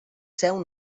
seu